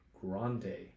grande